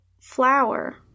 flower